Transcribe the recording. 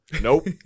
nope